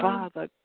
Father